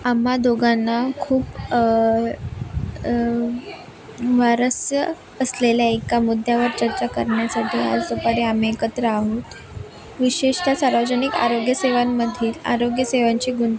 आम्हा दोघांना खूप स्वारस्य असलेल्या एका मुद्यावर चर्चा करण्यासाठी आज दुपारी आम्ही एकत्र आहोत विशेषत सार्वजनिक आरोग्यसेवांमध्ये आरोग्यसेवांची गुण